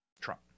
Trump